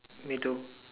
me too